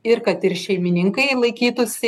ir kad ir šeimininkai laikytųsi